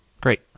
great